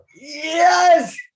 yes